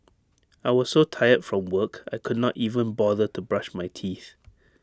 I was so tired from work I could not even bother to brush my teeth